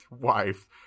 wife